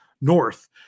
North